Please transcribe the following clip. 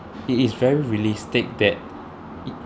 it is very realistic that